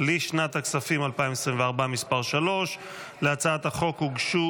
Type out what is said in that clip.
לשנת הכספים 2024 (מס' 3). להצעת החוק הוגשו